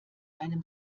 einem